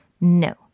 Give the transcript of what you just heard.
No